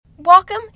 Welcome